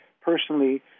personally—